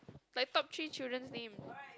like top three children's name